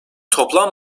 toplam